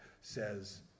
says